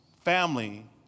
family